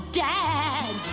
dad